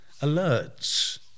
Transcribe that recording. alerts